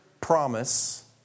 promise